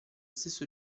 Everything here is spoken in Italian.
stesso